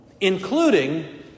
including